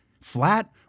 flat